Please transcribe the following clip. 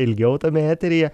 ilgiau tame eteryje